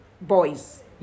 boys